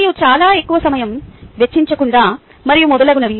మరియు చాలా ఎక్కువ సమయం వేచిoచకుండా మరియు మొదలగునవి